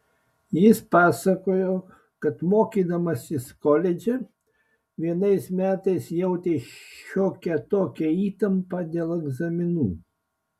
jis pasakojo kad mokydamasis koledže vienais metais jautė šiokią tokią įtampą dėl egzaminų